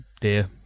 dear